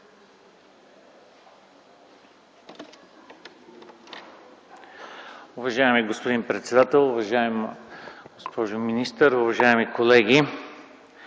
Уважаеми господин председател, уважаема госпожо министър, уважаеми колеги!